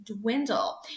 dwindle